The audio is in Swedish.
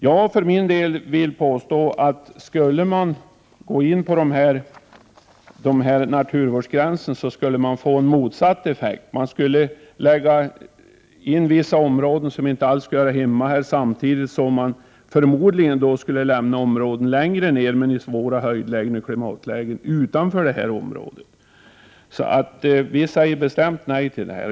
Jag för min del vill påstå, att skulle man inrätta den här naturvårdsgränsen, skulle det bli en motsatt effekt. Man skulle föra in vissa områden som inte alls passar samtidigt som man förmodligen skulle förlägga områden som finns längre ned men som ligger i svåra höjdoch klimatlägen utanför gränsen. Därför säger moderaterna bestämt nej.